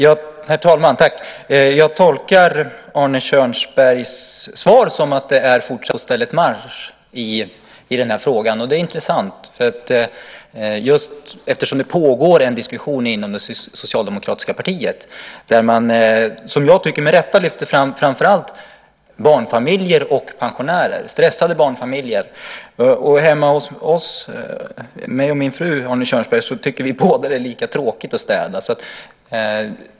Herr talman! Jag tolkar Arne Kjörnsbergs svar som att det är fortsatt på stället marsch i den här frågan. Det är intressant eftersom det pågår en diskussion inom det socialdemokratiska partiet där man, som jag tycker, med rätta lyfter fram framför allt stressade barnfamiljer och pensionärer. Jag och min fru, Arne Kjörnsberg, tycker båda att det är lika tråkigt att städa.